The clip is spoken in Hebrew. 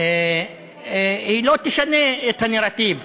לא ישנה את הנרטיב.